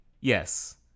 Yes